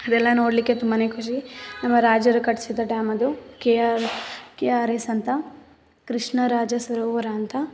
ಅದೆಲ್ಲ ನೋಡಲಿಕ್ಕೆ ತುಂಬ ಖುಷಿ ನಮ್ಮ ರಾಜರು ಕಟ್ಟಿಸಿದ ಡ್ಯಾಮದು K R K R S ಅಂತ ಕೃಷ್ಣರಾಜ ಸರೋವರ ಅಂತ